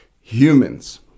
Humans